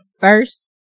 First